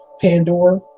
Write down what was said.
Pandora